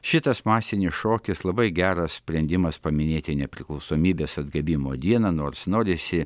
šitas masinis šokis labai geras sprendimas paminėti nepriklausomybės atgavimo dieną nors norisi